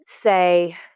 say